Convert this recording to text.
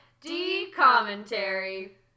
D-commentary